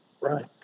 Right